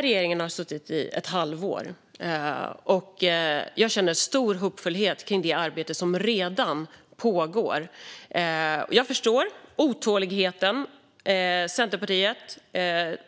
Regeringen har suttit i ett halvår. Jag känner en stor hoppfullhet inför det arbete som redan pågår. Jag förstår otåligheten. Centerpartiet